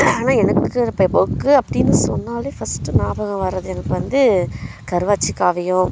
ஆனால் எனக்கு இப்போ புக்கு அப்படினு சொன்னாலே ஃபஸ்ட்டு ஞாபகம் வரது எனக்கு வந்து கருவாச்சி காவியம்